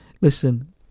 Listen